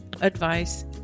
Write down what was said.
advice